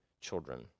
children